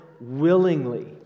willingly